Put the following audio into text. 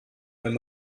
wenn